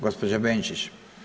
Gospođa BAnčić.